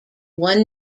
one